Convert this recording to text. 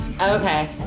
Okay